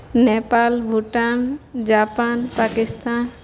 Nepal Bhutan Japan Pakistan